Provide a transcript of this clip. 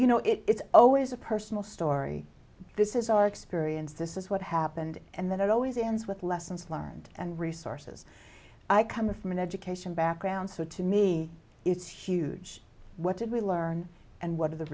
you know it's always a personal story this is our experience this is what happened and then it always ends with lessons learned and resources i come from an education background so to me it's huge what did we learn and